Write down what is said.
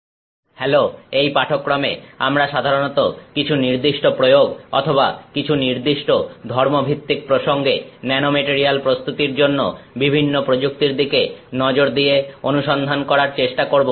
bulk nanostructure প্রস্তুতকরণের একটা উপায় হ্যালো এই পাঠক্রমে আমরা সাধারণত কিছু নির্দিষ্ট প্রয়োগ অথবা কিছু নির্দিষ্ট ধর্ম ভিত্তিক প্রসঙ্গে ন্যানোমেটারিয়াল প্রস্তুতির জন্য বিভিন্ন প্রযুক্তির দিকে নজর দিয়ে অনুসন্ধান করার চেষ্টা করব